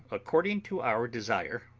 according to our desire,